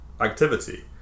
activity